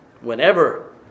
Whenever